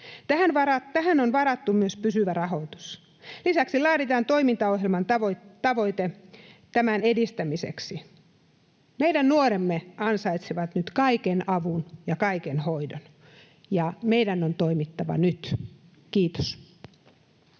Tähän on varattu myös pysyvä rahoitus. Lisäksi laaditaan toimintaohjelman tavoite tämän edistämiseksi. Meidän nuoremme ansaitsevat nyt kaiken avun ja kaiken hoidon, ja meidän on toimittava nyt. — Kiitos.